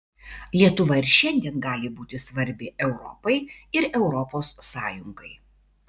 lietuva ir šiandien gali būti svarbi europai ir europos sąjungai